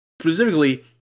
specifically